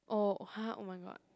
oh !huh! oh-my-god